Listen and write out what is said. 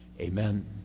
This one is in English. Amen